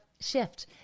shift